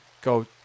go